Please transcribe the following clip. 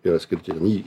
yra skirti į